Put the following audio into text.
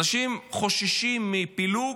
אנשים חוששים מפילוג,